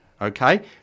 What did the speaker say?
okay